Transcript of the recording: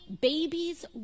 babies